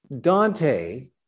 Dante